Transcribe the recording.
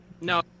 No